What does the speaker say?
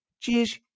Cheers